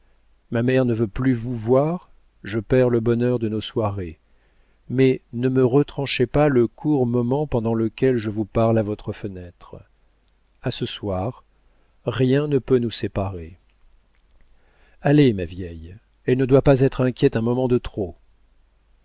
ma mère ne veut plus vous voir je perds le bonheur de nos soirées mais ne me retranchez pas le court moment pendant lequel je vous parle à votre fenêtre a ce soir rien ne peut nous séparer allez ma vieille elle ne doit pas être inquiète un moment de trop